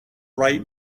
write